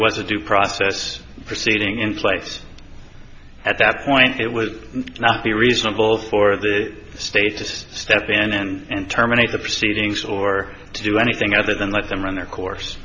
was a due process proceeding in place at that point it would not be reasonable for the status staff and terminate the proceedings or to do anything other than let them run their course